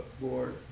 Board